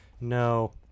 No